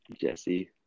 Jesse